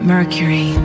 Mercury